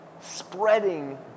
spreading